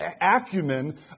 acumen